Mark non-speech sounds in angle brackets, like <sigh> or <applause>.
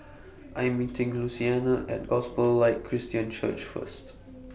<noise> I'm meeting Luciana At Gospel Light Christian Church First